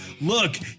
Look